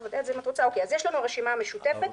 אז יש לנו הרשימה המשותפת.